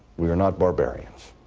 we are not barbarians.